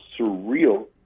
surreal